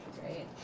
Great